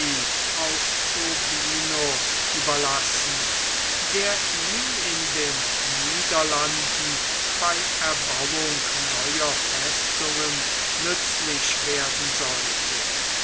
urbino überlassen der ihm in den niederlanden bei erbauung neuer festungen nützlich werden sollte